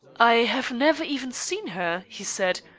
i have never even seen her, he said,